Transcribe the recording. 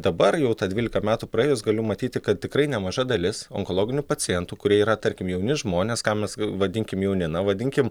dabar jau dvylika metų praėjus galiu matyti kad tikrai nemaža dalis onkologinių pacientų kurie yra tarkim jauni žmonės ką mes vadinkim jauni na vadinkim